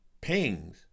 pings